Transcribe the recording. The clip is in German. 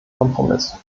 kompromiss